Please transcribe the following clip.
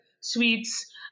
sweets